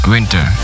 Winter